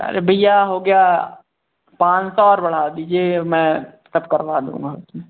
अरे भैया हो गया पाँच सौ और बढ़ा दीजिए मैं सब करवा दूँगा उस में